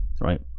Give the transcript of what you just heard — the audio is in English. right